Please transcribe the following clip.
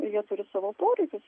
jie turi savo poreikius